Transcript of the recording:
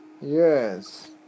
Yes